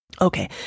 Okay